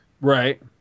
Right